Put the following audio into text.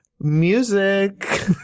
Music